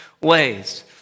ways